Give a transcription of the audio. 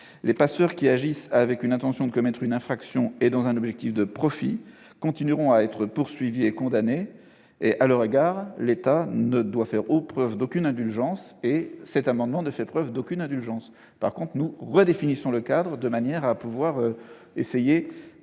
les passeurs qui agissent avec l'intention de commettre une infraction et dans un objectif de profit continueront à être poursuivis et condamnés. À leur égard, l'État ne doit faire preuve d'aucune indulgence. Cet amendement ne fait preuve d'aucune indulgence à leur endroit. En revanche, nous redéfinissons le cadre, de manière à abroger